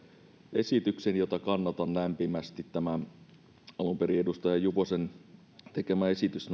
esityksen jota kannatan lämpimästi tämä alun perin edustaja juvosen tekemä esitys